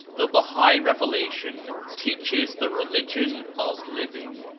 the bahai revelation teaches the religion of living